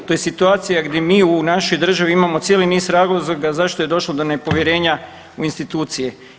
To je situacija gdje mi u našoj državi imamo cijeli niz razloga zašto je došlo do nepovjerenja u institucije.